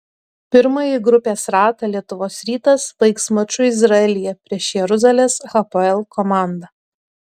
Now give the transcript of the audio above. pirmąjį grupės ratą lietuvos rytas baigs maču izraelyje prieš jeruzalės hapoel komandą